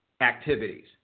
activities